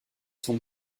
semble